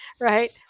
right